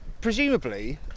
presumably